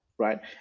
Right